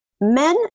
men